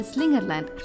Slingerland